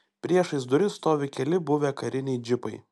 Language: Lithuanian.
priešais duris stovi keli buvę kariniai džipai